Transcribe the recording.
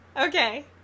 Okay